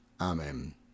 Amen